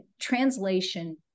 translation